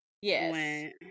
Yes